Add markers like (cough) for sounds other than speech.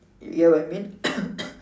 you get what I mean (coughs)